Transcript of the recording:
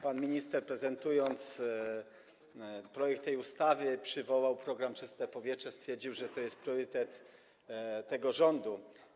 Pan minister, prezentując projekt tej ustawy, przywołał program „Czyste powietrze” i stwierdził, że to jest priorytet tego rządu.